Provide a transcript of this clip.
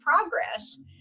progress